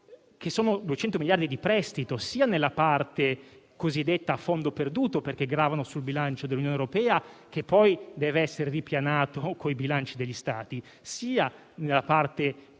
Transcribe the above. che i 200 miliardi di euro sono di prestito sia nella parte cosiddetta a fondo perduto (perché gravano sul bilancio dell'Unione Europea, che poi dovrà essere ripianato con i bilanci degli Stati membri), sia nella parte